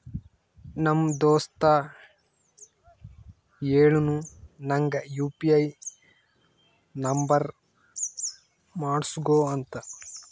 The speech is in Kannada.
ನಮ್ ದೋಸ್ತ ಹೇಳುನು ನಂಗ್ ಯು ಪಿ ಐ ನುಂಬರ್ ಮಾಡುಸ್ಗೊ ಅಂತ